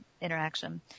interaction